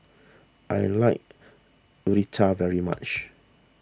I like Raita very much